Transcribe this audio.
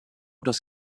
das